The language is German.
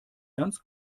ganz